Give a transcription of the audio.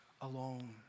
alone